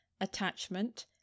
attachment